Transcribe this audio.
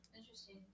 Interesting